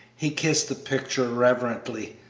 he kissed the picture reverently.